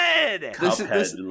Cuphead